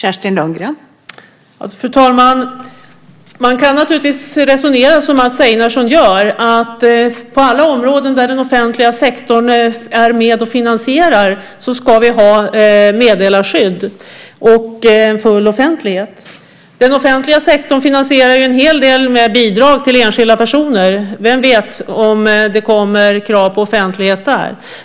Fru talman! Man kan naturligtvis resonera som Mats Einarsson gör, att på alla områden där den offentliga sektorn är med och finansierar ska vi ha meddelarskydd och full offentlighet. Den offentliga sektorn finansierar en hel del med bidrag till enskilda personer. Vem vet om det kommer krav på offentlighet där?